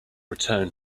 returned